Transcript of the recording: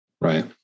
Right